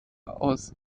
aus